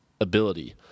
ability